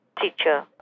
teacher